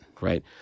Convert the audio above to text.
right